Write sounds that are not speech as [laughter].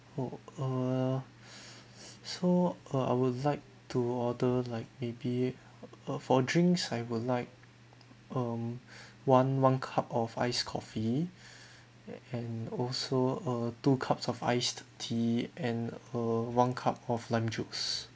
oh err [breath] so uh I would like to order like maybe uh for drinks I would like um [breath] one one cup of iced coffee and also uh two cups of iced tea and uh one cup of lime juice